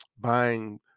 buying